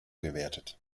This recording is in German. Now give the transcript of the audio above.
gewertet